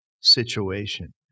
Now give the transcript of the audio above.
situation